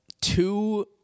Two